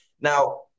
now